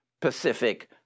Pacific